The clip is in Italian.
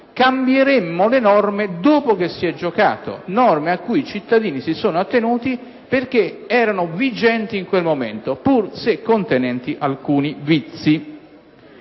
cambieremmo le norme dopo che si è giocato: norme a cui i cittadini si sono attenuti perché erano vigenti in quel momento, pur se contenenti alcuni vizi.